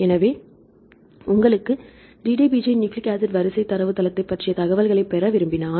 எனவே உங்களுக்கு DDBJ nucleic acid வரிசை தரவுத்தளத்தைப் பற்றிய தகவல்களைப் பெற விரும்பினால்